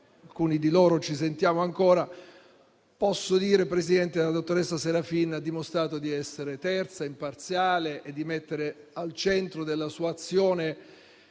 alcuni dei quali ci sentiamo ancora - la dottoressa Serafin ha dimostrato di essere terza, imparziale e di mettere al centro della sua azione